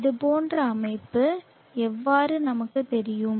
இது போன்ற அமைப்பு எவ்வாறு நமக்குத் தெரியும்